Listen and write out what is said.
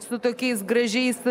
su tokiais gražiais